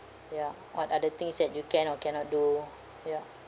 ya or other things that you can or cannot do ya